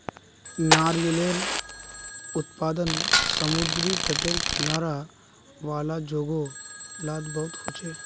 नारियालेर उत्पादन समुद्री तटेर किनारा वाला जोगो लात बहुत होचे